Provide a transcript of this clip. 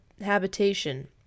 habitation